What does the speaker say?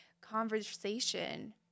conversation